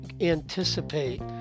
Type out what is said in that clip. Anticipate